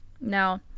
Now